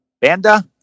Banda